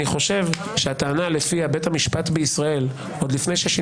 יפעת שאשא ביטון, חבל שלא היית כאן